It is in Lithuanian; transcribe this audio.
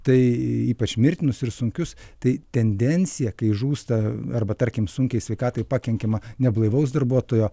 tai ypač mirtinus ir sunkius tai tendencija kai žūsta arba tarkim sunkiai sveikatai pakenkiama neblaivaus darbuotojo